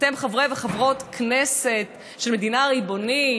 אתם חברי וחברות כנסת של מדינה ריבונית,